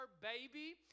baby